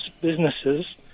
businesses